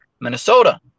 Minnesota